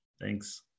Thanks